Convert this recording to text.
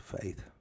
faith